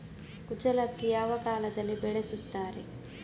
ಕುಚ್ಚಲಕ್ಕಿ ಯಾವ ಕಾಲದಲ್ಲಿ ಬೆಳೆಸುತ್ತಾರೆ?